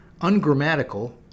ungrammatical